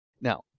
Now